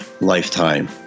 Lifetime